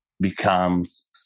becomes